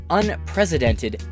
unprecedented